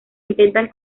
intentan